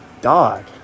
Dog